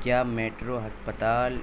کیا میٹرو ہسپتال